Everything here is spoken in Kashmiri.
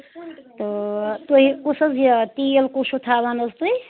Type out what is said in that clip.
تہٕ تُہۍ کُس حظ یہِ تیٖل کُس چھُو تھاوان حظ تُہۍ